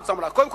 קודם כול,